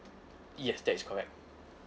yes that is correct